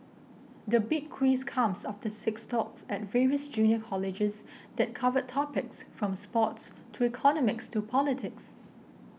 the Big Quiz comes after six talks at various junior colleges that covered topics from sports to economics to politics